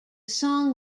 song